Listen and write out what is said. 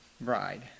bride